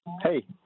Hey